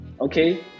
okay